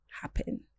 happen